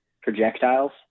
projectiles